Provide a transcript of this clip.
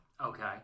Okay